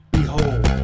behold